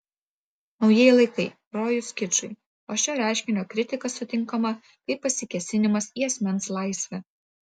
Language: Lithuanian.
naujieji laikai rojus kičui o šio reiškinio kritika sutinkama kaip pasikėsinimas į asmens laisvę